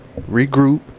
regroup